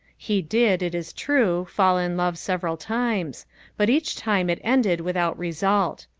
he did, it is true, fall in love several times but each time it ended without result.